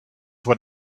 what